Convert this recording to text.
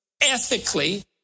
ethically